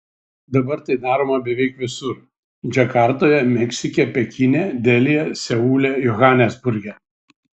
dabar tai daroma beveik visur džakartoje meksike pekine delyje seule johanesburge